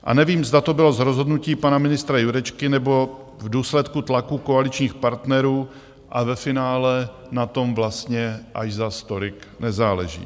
A nevím, zda to bylo z rozhodnutí pana ministra Jurečky nebo v důsledku tlaku koaličních partnerů a ve finále na tom vlastně až zas tolik nezáleží.